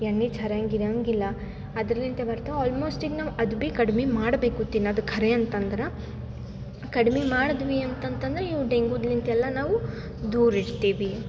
ಎಣ್ಣೆ ಚರಂಗ್ ಗಿರಂಗಿಲ್ಲಾ ಅದ್ರಲಿಂತೆ ಬರ್ತಾವ ಆಲ್ಮೋಸ್ಟ್ ಈಗ ನಾವು ಅದು ಬಿ ಕಡ್ಮೆ ಮಾಡಬೇಕು ತಿನ್ನೊದು ಖರೇ ಅಂತಂದ್ರೆ ಕಡ್ಮೆ ಮಾಡಿದ್ವಿ ಅಂತಂತಂದ್ರೆ ನೀವು ಡೆಂಗೂಲಿಂತ ಎಲ್ಲ ನಾವು ದೂರ ಇರ್ತೀವಿ